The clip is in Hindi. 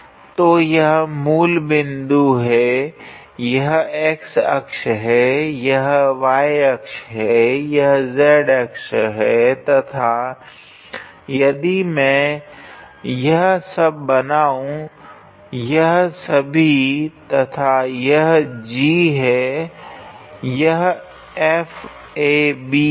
तो यह मूल बिंदु है यह x अक्ष है यह y अक्ष है यह z अक्ष है तथा यदि मैं मैं यह सब बनाऊ यह सभी तथा यह G है यह FAB है